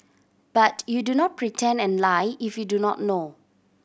but you do not pretend and lie if you do not know